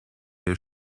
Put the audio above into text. der